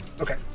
okay